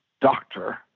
doctor